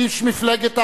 איש מפלגת העבודה,